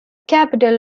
capital